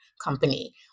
company